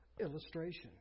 illustration